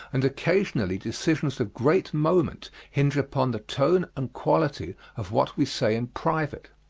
and occasionally decisions of great moment hinge upon the tone and quality of what we say in private.